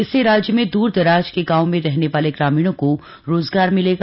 इससे राज्य में दूर दराज के गाव में रहने वाले ग्रामीणों को रोजगार मिलेगा